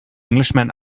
englishman